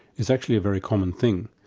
is actually a very common thing.